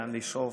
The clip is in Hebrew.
לאן לשאוף.